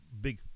big